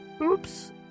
oops